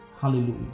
Hallelujah